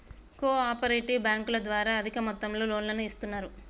co operative బ్యాంకుల ద్వారా అధిక మొత్తంలో లోన్లను ఇస్తున్నరు